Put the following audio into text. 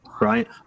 right